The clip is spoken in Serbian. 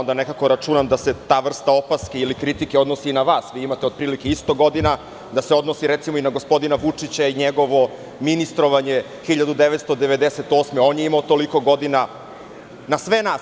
Nekako računam da se ta vrsta opaske ili kritike odnosi i na vas, imate otprilike isto godina, da se odnosi, recimo, i na gospodina Vučića i njegovo ministrovanje 1998. godine, on je imao toliko godina, na sve nas.